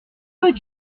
peux